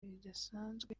bidasanzwe